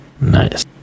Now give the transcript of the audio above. Nice